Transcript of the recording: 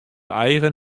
eigen